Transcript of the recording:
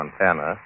Montana